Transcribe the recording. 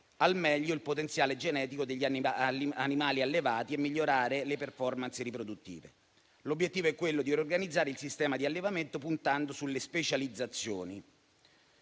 al meglio il potenziale genetico degli animali allevati e migliorare le *performance* riproduttive. L'obiettivo è quello di riorganizzare il sistema di allevamento puntando sulle specializzazioni.